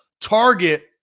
target